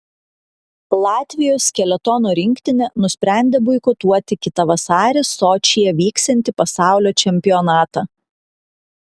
latvijos skeletono rinktinė nusprendė boikotuoti kitą vasarį sočyje vyksiantį pasaulio čempionatą